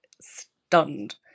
stunned